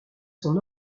son